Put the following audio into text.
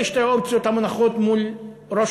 אלה שתי האופציות המונחות מול ראש